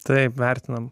taip vertinam